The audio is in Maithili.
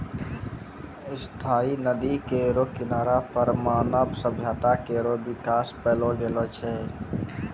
स्थायी नदी केरो किनारा पर मानव सभ्यता केरो बिकास पैलो गेलो छै